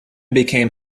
became